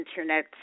Internet